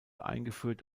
eingeführt